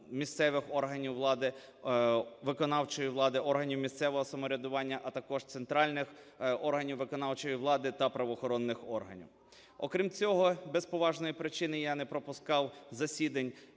місцевих органів влади, виконавчої влади, органів місцевого самоврядування, а також центральних органів виконавчої влади та правоохоронних органів. Окрім цього, без поважної причини я не пропускав засідань